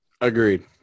Agreed